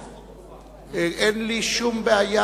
אין שום בעיה.